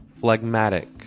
phlegmatic